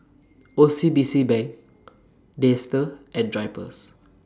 O C B C Bank Dester and Drypers